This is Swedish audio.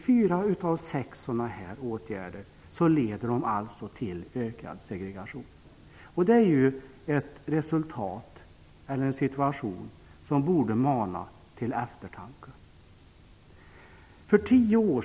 Fyra av dessa sex åtgärder leder till ökad segregation. Det är ett resultat och en situation som borde mana till eftertanke. Herr talman!